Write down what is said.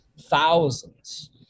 thousands